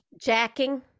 jacking